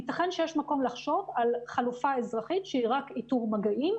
ייתכן שיש מקום לחשוב על חלופה אזרחית שהיא רק איתור מגעים,